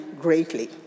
greatly